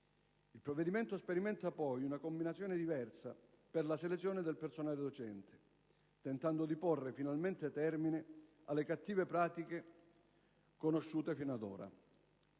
Il provvedimento sperimenta poi una combinazione diversa per la selezione del personale docente, tentando di porre finalmente termine alle cattive pratiche conosciute fino ad ora.